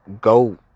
go